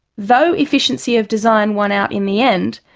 though efficiency of design won out in the end,